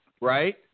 right